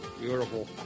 Beautiful